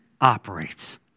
operates